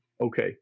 Okay